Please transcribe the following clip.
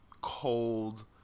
cold